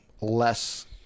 less